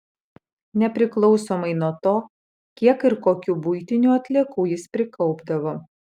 nepriklausomai nuo to kiek ir kokių buitinių atliekų jis prikaupdavo